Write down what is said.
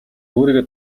өөрийгөө